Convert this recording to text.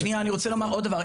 שנייה, אני רוצה לומר עוד דבר.